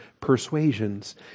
persuasions